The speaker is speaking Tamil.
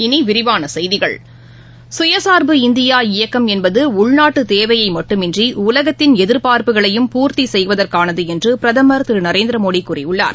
இனி விரிவான செய்திகள் சுயசா்பு இந்தியா இயக்கம் என்பது உள்நாட்டு தேவையை மட்டுமன்றி உலகத்தின் எதிா்பா்ப்புகளையும் பூர்த்தி செய்வதற்கானது என்று பிரதமர் திரு நரேந்திரமோடி கூறியுள்ளார்